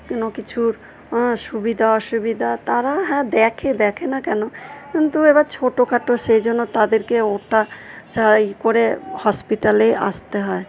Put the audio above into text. কোনো কিছুর সুবিধা অসুবিধা তারা হ্যাঁ দেখে দেখে না কেন কিন্তু এবার ছোটো খাটো সেই জন্য তাদেরকে ওটা করে হসপিটালেই আসতে হয়